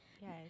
Yes